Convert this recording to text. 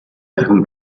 дахин